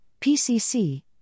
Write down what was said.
PCC